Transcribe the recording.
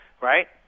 right